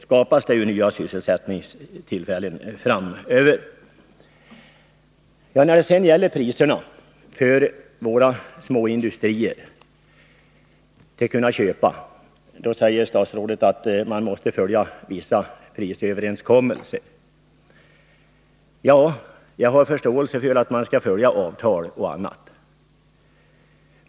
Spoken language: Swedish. När det sedan gäller till vilka priser våra små industrier skall kunna köpa, säger statsrådet att man måste följa vissa prisöverenskommelser. Jag har förståelse för att man skall följa avtal och annat.